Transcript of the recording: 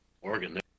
Oregon